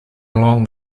along